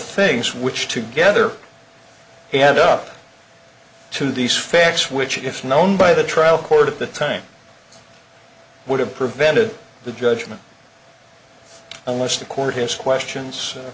things which together they had up to these facts which if known by the trial court at the time would have prevented the judgment unless the court has questions